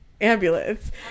ambulance